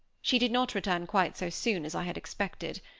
she did not return quite so soon as i had expected.